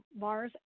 Mars